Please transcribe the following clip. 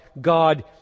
God